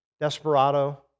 Desperado